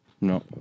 No